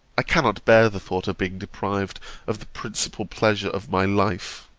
i cannot bear the thought of being deprived of the principal pleasure of my life